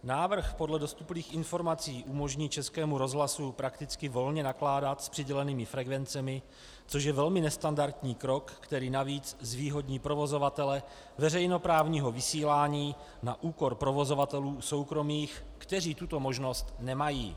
Návrh podle dostupných informací umožní Českému rozhlasu prakticky volně nakládat s přidělenými frekvencemi, což je velmi nestandardní krok, který navíc zvýhodní provozovatele veřejnoprávního vysílání na úkor provozovatelů soukromých, kteří tuto možnost nemají.